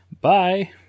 Bye